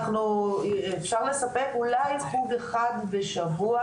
אפשר לספק אולי חוג אחד בשבוע,